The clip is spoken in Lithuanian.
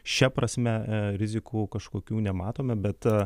šia prasme rizikų kažkokių nematome bet